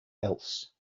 else